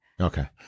Okay